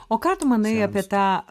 o ką tu manai apie tą